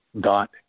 dot